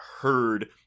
heard